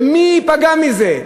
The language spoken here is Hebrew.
ומי ייפגע מזה?